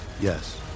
Yes